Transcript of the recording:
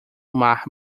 mar